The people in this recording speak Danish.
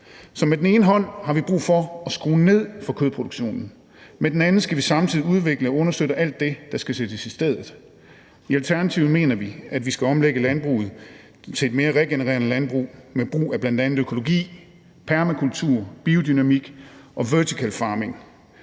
Så med den ene hånd har vi brug for at skrue ned for kødproduktionen, og med den anden skal vi samtidig udvikle og understøtte alt det, der skal sættes i stedet. I Alternativet mener vi, at vi skal omlægge landbruget til et mere regenererende landbrug med brug af bl.a. økologi, permakultur, biodynamik og vertical farming.